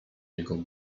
jego